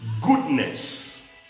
goodness